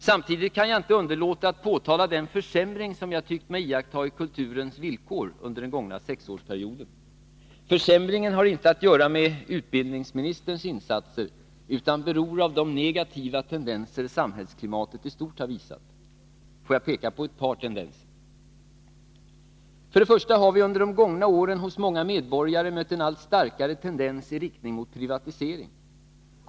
Samtidigt kan jag inte underlåta att påtala den försämring som jag tyckt mig iaktta i kulturens villkor under den gångna sexårsperioden. Försämringen har inte att göra med utbildningsministerns insatser utan beror på de negativa tendenser samhällsklimatet i stort har visat. Får jag peka på ett par tendenser: För det första har vi under de gångna åren hos många medborgare mött en allt starkare tendens i riktning mot privatisering.